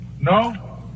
No